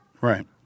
Right